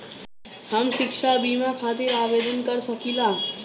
हम शिक्षा बीमा खातिर आवेदन कर सकिला?